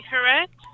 correct